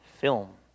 film